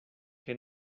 que